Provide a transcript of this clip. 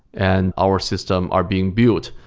and our system are being built,